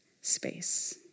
space